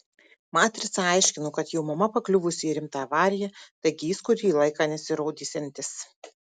matrica aiškino kad jo mama pakliuvusi į rimtą avariją taigi jis kurį laiką nesirodysiantis